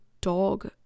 dog